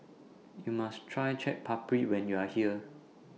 YOU must Try Chaat Papri when YOU Are here